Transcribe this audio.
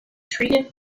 treated